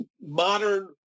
modern